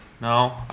no